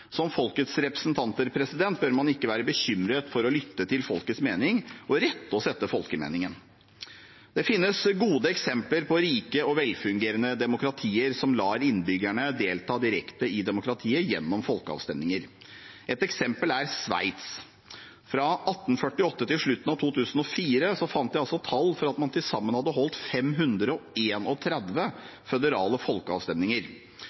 Som folkets representanter bør man ikke være bekymret for å lytte til folkets mening og rette oss etter folkemeningen. Det finnes gode eksempler på rike og velfungerende demokratier som lar innbyggerne delta direkte i demokratiet gjennom folkeavstemninger. Ett eksempel er Sveits. Jeg har funnet tall som viser at man der fra 1848 til slutten av 2004 til sammen hadde holdt 531 føderale folkeavstemninger, og det blir fortsatt holdt